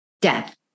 death